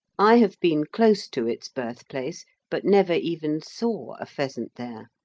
i have been close to its birthplace, but never even saw a pheasant there.